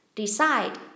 decide